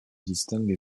distinguent